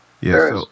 yes